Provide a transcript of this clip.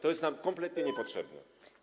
To jest nam kompletnie niepotrzebne.